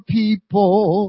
people